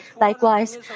Likewise